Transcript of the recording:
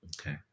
Okay